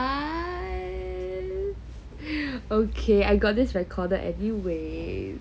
okay I got this recorded anyway